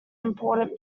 important